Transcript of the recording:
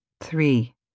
Three